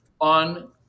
on